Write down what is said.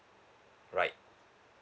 right